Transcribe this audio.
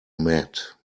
mat